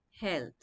health